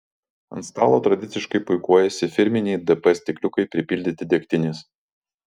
ant stalo tradiciškai puikuojasi firminiai dp stikliukai pripildyti degtinės